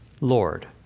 Lord